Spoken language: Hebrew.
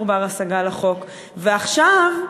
ועכשיו,